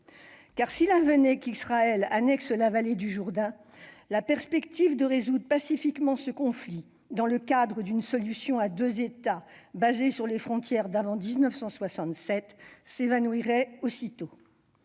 Israël en venait à annexer la vallée du Jourdain, la perspective de résoudre pacifiquement ce conflit, dans le cadre d'une solution à deux États, basée sur les frontières d'avant 1967, s'évanouirait aussitôt.